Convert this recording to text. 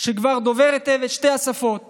שכבר דובר היטב את שתי השפות